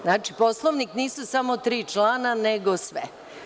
Znači Poslovnik nisu samo tri člana, nego sve.